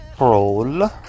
roll